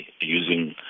using